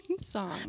song